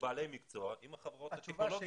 בעלי מקצוע עם חברות טכנולוגיות.